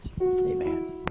Amen